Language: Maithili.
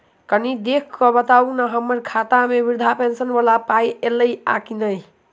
कनि देख कऽ बताऊ न की हम्मर खाता मे वृद्धा पेंशन वला पाई ऐलई आ की नहि?